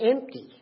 empty